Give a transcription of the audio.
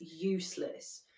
useless